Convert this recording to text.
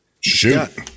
Shoot